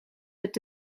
het